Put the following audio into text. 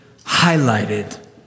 highlighted